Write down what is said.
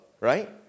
right